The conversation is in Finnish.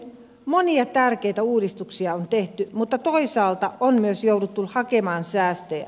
monia tärkeitä uudistuksia on tehty mutta toisaalta on myös jouduttu hakemaan säästöjä